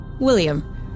William